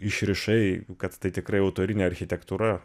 išrišai kad tai tikrai autorinė architektūra